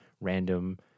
random